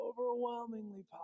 overwhelmingly